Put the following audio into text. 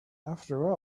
after